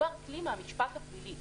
מדובר בכלי מהמשפט הפלילי.